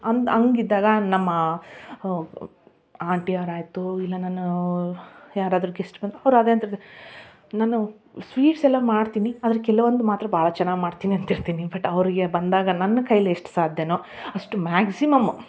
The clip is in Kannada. ಅಂದು ಹಾಗಿದ್ದಾಗ ನಮ್ಮ ಆಂಟಿಯವರು ಆಯಿತು ಇಲ್ಲ ನಾನು ಯಾರಾದರೂ ಗೆಸ್ಟ್ ಬಂದು ಅವ್ರು ಅದೇ ಅಂತಿರ್ತ ನಾನು ಸ್ವೀಟ್ಸ್ ಎಲ್ಲ ಮಾಡ್ತೀನಿ ಆದರೆ ಕೆಲ್ವೊಂದು ಮಾತ್ರ ಭಾಳ ಚೆನ್ನಾಗಿ ಮಾಡ್ತೀನಿ ಅಂತಿರ್ತೀನಿ ಬಟ್ ಅವರಿಗೆ ಬಂದಾಗ ನನ್ನ ಕೈಯ್ಯಲ್ಲಿ ಎಷ್ಟು ಸಾಧ್ಯವೋ ಅಷ್ಟು ಮ್ಯಾಕ್ಸಿಮಮ್